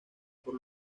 por